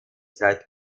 set